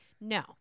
No